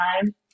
time